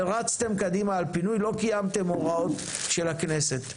ורצתם קדימה על פינוי לא קיימת אם הוראות של הכנסת,